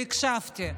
והקשבתי,